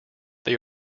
they